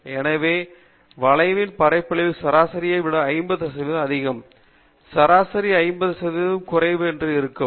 எனவே வளைவின் பரப்பளவு சராசரியைவிட 50 சதவிகிதம் அதிகம் சராசரிக்கு 50 சதவிகிதம் குறைவு என்று இருக்கும்